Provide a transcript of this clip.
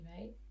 right